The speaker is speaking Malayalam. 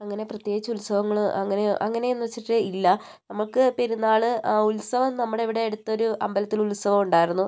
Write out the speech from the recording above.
അങ്ങനെ പ്രത്യേകിച്ച് ഉത്സവങ്ങൾ അങ്ങനെ അങ്ങനെ എന്ന് വെച്ചിട്ട് ഇല്ല നമുക്ക് പെരുന്നാൾ ഉത്സവം നമ്മുടെ ഇവിടെ അടുത്തൊരു അമ്പലത്തിൽ ഉത്സവം ഉണ്ടായിരുന്നു